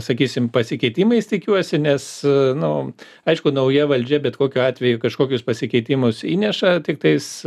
sakysim pasikeitimais tikiuosi nes nu aišku nauja valdžia bet kokiu atveju kažkokius pasikeitimus įneša tiktais